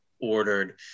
ordered